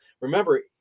Remember